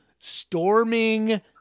Storming